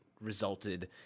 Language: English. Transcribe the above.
resulted